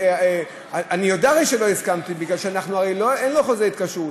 הרי אני יודע שלא הסכמתי, כי אין לו חוזה התקשרות.